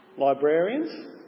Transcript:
Librarians